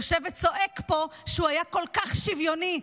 יושב וצועק פה שהוא היה כל כך שוויוני.